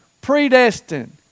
predestined